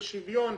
בשוויון,